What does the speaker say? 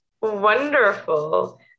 Wonderful